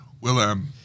Willem